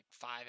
five